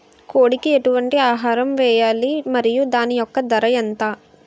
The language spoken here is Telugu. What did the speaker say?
కోడి కి ఎటువంటి ఆహారం వేయాలి? మరియు దాని యెక్క ధర ఎంత?